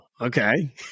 okay